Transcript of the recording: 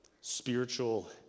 spiritual